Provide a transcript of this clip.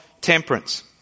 temperance